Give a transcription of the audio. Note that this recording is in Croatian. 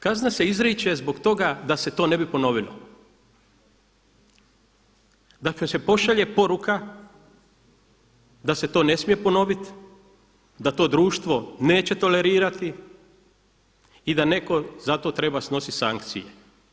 Kazna se izriče zbog toga da se to ne bi ponovilo, da se pošalje poruka da se to ne smije ponoviti, da to društvo neće tolerirati i da netko za to treba snosit sankcije.